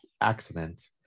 accident